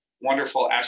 wonderful